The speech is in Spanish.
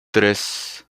tres